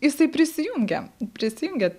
jisai prisijungia prisijungia